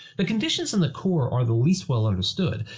the conditions in the core are the least well understood.